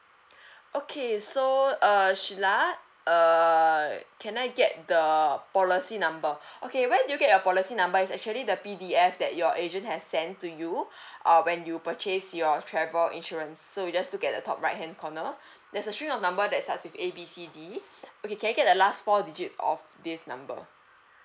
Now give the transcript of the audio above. okay so uh sheila err can I get the policy number okay where did you get your policy number is actually the P_D_F that your agent has sent to you uh when you purchase your travel insurance so you just look at the top right hand corner there's a string of number that starts with A B C D okay can I get the last four digits of this number